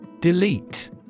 Delete